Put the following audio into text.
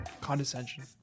Condescension